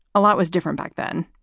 a lot was different back then.